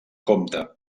comte